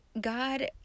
God